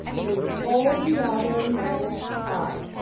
made all the other marionettes cry.